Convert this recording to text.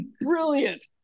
brilliant